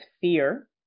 fear